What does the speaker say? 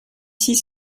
six